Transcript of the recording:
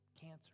cancer